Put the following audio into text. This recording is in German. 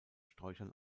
sträuchern